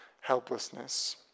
helplessness